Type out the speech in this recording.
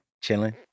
chilling